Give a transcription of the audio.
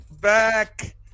back